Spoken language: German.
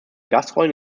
gastrollen